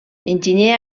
enginyer